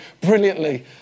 brilliantly